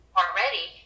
already